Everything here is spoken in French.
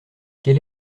quel